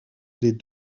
des